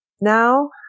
Now